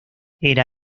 era